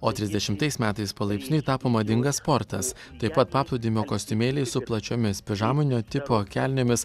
o trisdešimtais metais palaipsniui tapo madingas sportas taip pat paplūdimio kostiumėliais su plačiomis pižaminio tipo kelnėmis